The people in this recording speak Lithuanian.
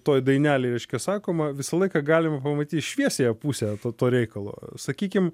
toj dainelėj reiškia sakoma visą laiką galima pamatyt šviesiąją pusę to to reikalo sakykim